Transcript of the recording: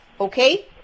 Okay